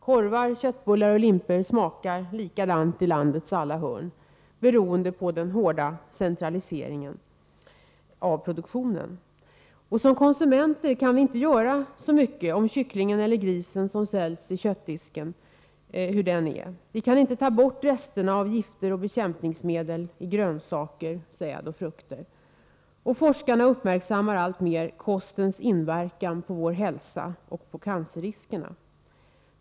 Korvar, köttbullar och limpor smakar likadant i landets alla hörn — beroende på den hårda centraliseringen av produktionen. Som konsumenter kan vi inte göra så mycket åt hur kycklingen eller grisen som säljs i köttdisken är. Vi kan inte ta bort resterna av gifter och bekämpningsmedel i grönsaker, säd och frukt. Forskarna uppmärksammar alltmer kostens inverkan på vår hälsa och cancerriskerna.